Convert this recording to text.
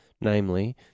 namely